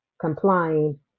complying